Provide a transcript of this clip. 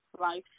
life